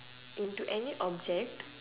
into any object